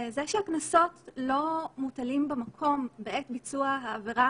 זה שהקנסות לא מוטלים במקום בעת ביצוע העבירה